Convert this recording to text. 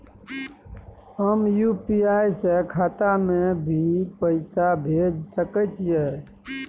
हम यु.पी.आई से खाता में भी पैसा भेज सके छियै?